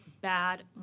bad